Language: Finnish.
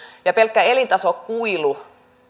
ja pelkkä elintasokuilu